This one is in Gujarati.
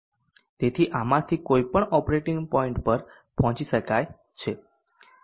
તેથી આમાંથી કોઈ પણ ઓપરેટિંગ પોઇન્ટ પર પહોંચી શકાય છે